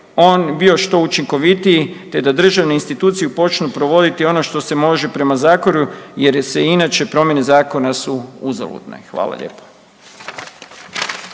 on bio što učinkovitiji te da državne institucije počnu provoditi ono što se može prema zakonu jer se inače promjene zakona su uzaludne. Hvala lijepa.